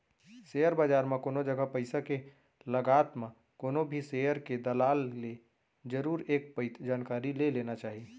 share बजार म कोनो जगा पइसा के लगात म कोनो भी सेयर के दलाल ले जरुर एक पइत जानकारी ले लेना चाही